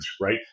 right